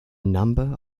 number